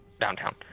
downtown